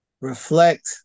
reflect